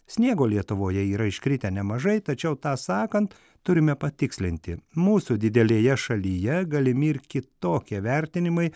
sniego lietuvoje yra iškritę nemažai tačiau tą sakant turime patikslinti mūsų didelėje šalyje galimi ir kitokie vertinimai